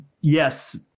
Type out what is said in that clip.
yes